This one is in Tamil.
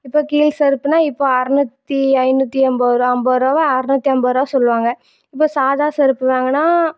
இப்போ கீல்ஸ் செருப்புன்னா இப்போ அறநூற்றி ஐநூற்றி ஐம்பது ரூபா ஐம்பது ரூபாவை அறநூற்றி ஐம்பது ரூபா சொல்லுவாங்க இப்போ சாதா செருப்பு வாங்கினா